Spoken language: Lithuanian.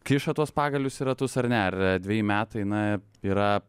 kiša tuos pagalius į ratus ar ne ar dveji metai na yra